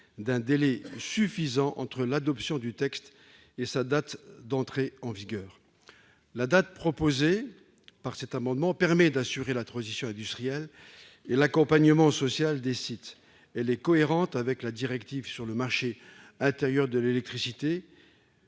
d'un délai suffisant entre l'adoption du texte et sa date d'entrée en vigueur. La date proposée ici permet d'assurer la transition industrielle et l'accompagnement social des sites. Elle est cohérente avec la directive sur le marché intérieur de l'électricité,